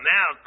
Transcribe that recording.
Now